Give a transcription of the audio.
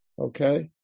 Okay